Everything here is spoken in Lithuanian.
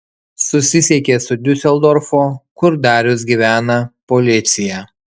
susisiekė su diuseldorfo kur darius gyvena policija